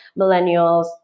millennials